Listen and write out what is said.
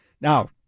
Now